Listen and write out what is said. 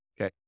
Okay